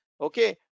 okay